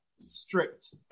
strict